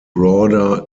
broader